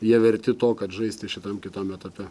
jie verti to kad žaisti šitam kitam etape